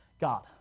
God